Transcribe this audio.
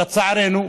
לצערנו,